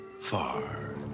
Far